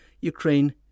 Ukraine